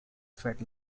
threat